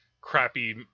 crappy